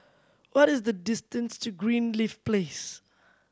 what is the distance to Greenleaf Place